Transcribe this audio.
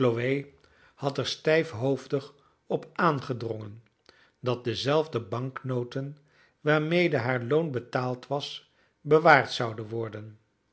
had er stijfhoofdig op aangedrongen dat dezelfde banknoten waarmede haar loon betaald was bewaard zouden worden